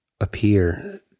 appear